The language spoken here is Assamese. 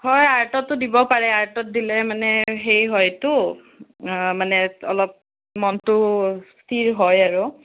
হয় আৰ্টতো দিব আৰে আৰ্টত দিলে মানে হেৰি হয়তো মানে অলপ মনটো স্থিৰ হয় আৰু